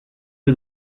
que